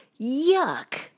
Yuck